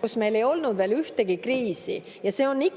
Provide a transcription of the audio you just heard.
kui meil ei olnud veel ühtegi kriisi. Ja see on ikkagi